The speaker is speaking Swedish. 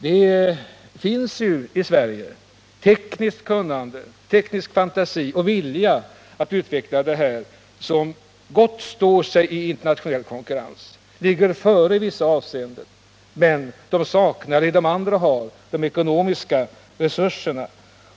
Det finns ju i Sverige tekniskt kunnande, teknisk fantasi och vilja till utveckling på det här området som står sig gott i utländsk konkurrens. I vissa avseenden ligger man före, men man saknar vad de andra har: de ekonomiska resurserna.